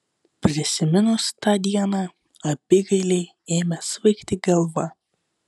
prisiminus tą dieną abigailei ėmė svaigti galva